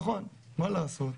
נכון, מה לעשות?